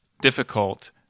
difficult